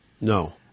no